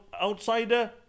outsider